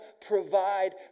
provide